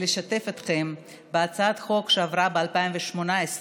לשתף אתכם בהצעת חוק שעברה ב-2018.